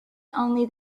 only